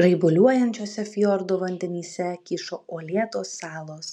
raibuliuojančiuose fjordo vandenyse kyšo uolėtos salos